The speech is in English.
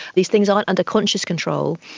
these things aren't under conscious control.